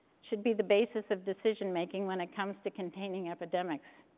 should be the basis of decision making when it comes to containing epidemics.